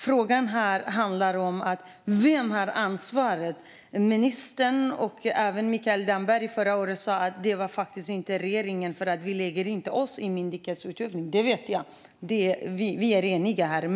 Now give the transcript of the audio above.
Frågan är vem som har ansvaret. Ministern, och även Mikael Damberg förra året, sa att det inte är regeringen, för de lägger sig inte i myndighetsutövning. Det vet jag. Vi är eniga om det.